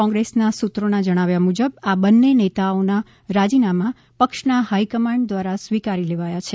કોંગ્રેસના સૂત્રોના જણાવ્યા મુજબ આ બંને નેતાઓના રાજીનામાં પક્ષના હાઇકમાંડ દ્વારા સ્વીકારી લેવાય છે